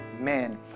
amen